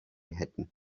hätten